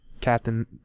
Captain